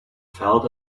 felt